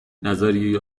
نظریه